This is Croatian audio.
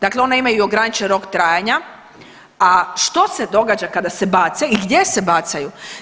Dakle ona imaju ograničen rok trajanja, a što se događa kada se bace i gdje se bacaju.